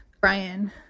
Brian